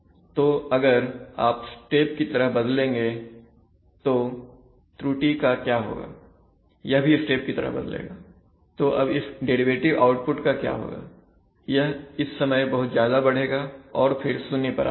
तो अगर आप स्टेप की तरह बदलेंगे तो त्रुटि का क्या होगा यह भी स्टेप की तरह बदलेगा तो अब इस डेरिवेटिव आउटपुट का क्या होगा यह इस समय पर बहुत ज्यादा बढ़ेगा और फिर शून्य पर आ जाएगा